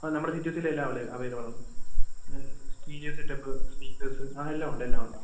ആ നമ്മുടെ സിറ്റീസിലെല്ലാം അവ അവൈലബിളാണ് സ്റ്റീരിയോ സെറ്റപ്പ് സ്പീക്കേഴ്സ് ആ എല്ലാം ഉണ്ട് എല്ലാം ഉണ്ട്